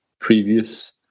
previous